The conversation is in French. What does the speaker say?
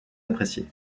appréciée